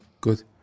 Good